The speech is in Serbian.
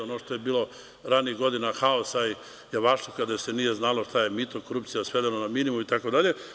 Ono što je bilo ranijih godina haosa i javašluka gde se nije znalo šta je mito, korupcija, svedeno je na minimum, itd.